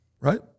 Right